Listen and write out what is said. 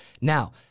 Now